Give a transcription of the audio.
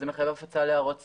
זה מחייב הפצה להערות ציבור.